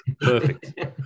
perfect